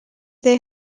they